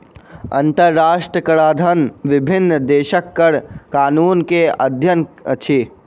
अंतरराष्ट्रीय कराधन विभिन्न देशक कर कानून के अध्ययन अछि